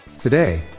Today